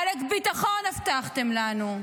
עאלק ביטחון הבטחתם לנו.